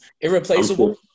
Irreplaceable